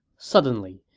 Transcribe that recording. suddenly,